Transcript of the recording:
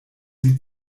sie